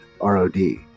R-O-D